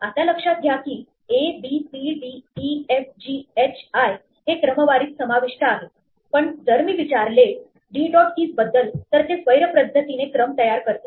आता लक्षात घ्या की abcdefghi हे क्रमवारीत समाविष्ट आहे पण जर मी विचारले d dot keys बद्दल तर ते स्वैर पद्धतीने क्रम तयार करते